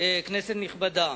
כנסת נכבדה,